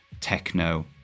techno